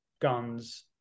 guns